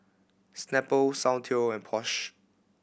Snapple Soundteoh and Porsche